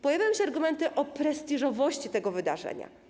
Pojawiają się argumenty o prestiżu tego wydarzenia.